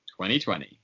2020